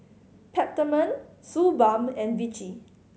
Peptamen Suu Balm and Vichy